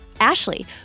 Ashley